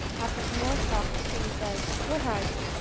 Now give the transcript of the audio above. after some more talk the king says, what are you?